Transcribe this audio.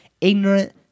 ignorant